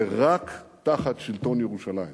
שרק תחת שלטון ישראל בירושלים,